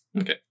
okay